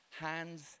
hands